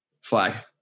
Flag